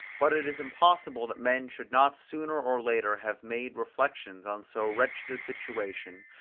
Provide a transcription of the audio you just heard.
but it is impossible that men should not sooner or later have made reflections on so wretched a situation,